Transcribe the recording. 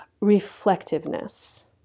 reflectiveness